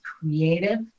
creative